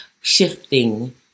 shifting